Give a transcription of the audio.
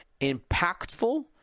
impactful